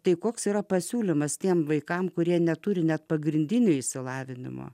tai koks yra pasiūlymas tiems vaikams kurie neturi net pagrindinio išsilavinimo